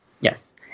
yes